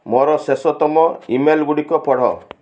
ମୋର ଶେଷତମ email ଗୁଡ଼ିକ ପଢ଼